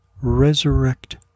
Resurrect